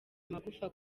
amagufa